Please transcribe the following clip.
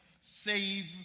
save